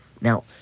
Now